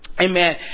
Amen